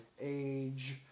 age